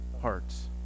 hearts